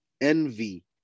envy